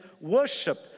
worship